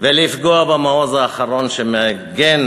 ולפגוע במעוז האחרון שמגן,